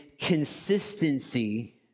consistency